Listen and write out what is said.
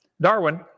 Darwin